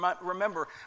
Remember